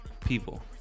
people